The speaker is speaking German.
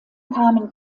kamen